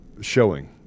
showing